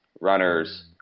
runners